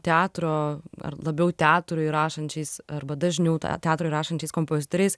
teatro ar labiau teatrui rašančiais arba dažniau teatrui rašančiais kompozitoriais